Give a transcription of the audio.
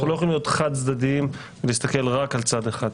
אנחנו לא יכולים להיות חד-צדדיים ולהסתכל רק על צד אחד.